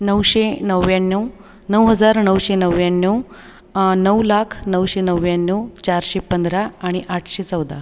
नऊशे नव्याण्णव नऊ हजार नऊशे नव्याण्णव नऊ लाख नऊशे नव्याण्णव चारशे पंधरा आणि आठशे चौदा